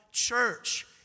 Church